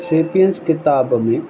Sapiens किताब में